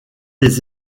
des